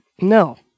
No